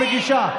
גברתי,